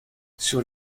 sur